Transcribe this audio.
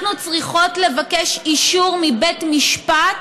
אנחנו צריכות לבקש אישור מבית משפט